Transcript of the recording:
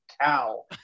cow